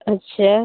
अच्छा